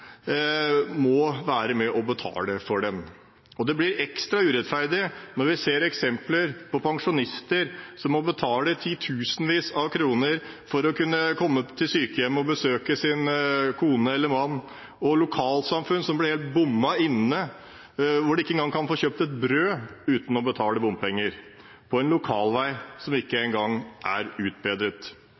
må være med å betale for den. Og det blir ekstra urettferdig når vi ser eksempler på pensjonister som må betale titusenvis av kroner for å kunne komme seg til sykehjemmet og besøke sin kone eller mann, og lokalsamfunn som blir helt «bommet inne» – som ikke engang kan få kjøpt et brød uten å betale bompenger – på en lokalvei som ikke engang er utbedret.